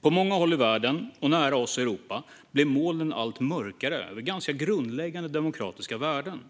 På många håll i världen och nära oss i Europa blir molnen allt mörkare över ganska grundläggande demokratiska värden.